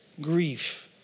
grief